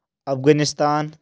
Afghanistan